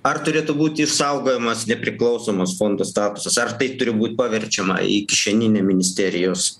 ar turėtų būti išsaugojamas nepriklausomas fondo statusas ar tai turi būt paverčiama į kišeninį ministerijos